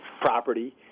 property